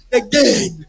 again